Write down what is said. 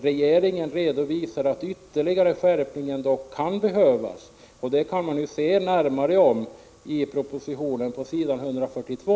Regeringen redovisar att ytterligare skärpningar kan behövas. Detta kan man läsa mer om i propositionen på s. 142.